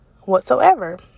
whatsoever